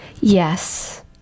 Yes